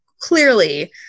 clearly